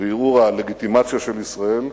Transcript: לערעור הלגיטימציה של ישראל,